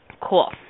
Cool